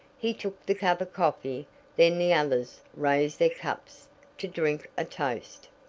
he took the cup of coffee then the others raised their cups to drink a toast.